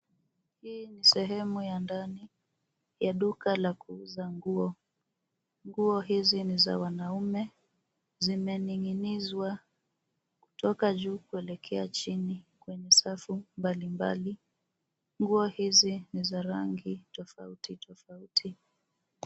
Hii ni sehemu ya ndani ya duka la kuuza nguo, nguo hizi ni za wanaume zimeninginizwa kutoka juu kwelekea chini kwenye safu mbalimbali nguo hizi ni za rangi tofauti tofauti.